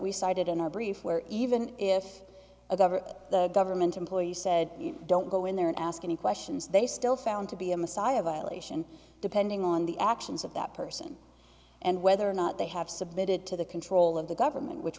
we cited in our brief where even if a government the government employees said don't go in there and ask any questions they still found to be a messiah violation depending on the actions of that person and whether or not they have submitted to the control of the government which